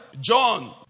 John